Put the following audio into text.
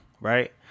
right